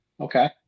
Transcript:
Okay